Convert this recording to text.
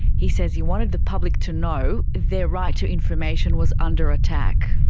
he says he wanted the public to know their right to information was under attack.